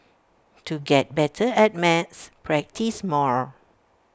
to get better at maths practise more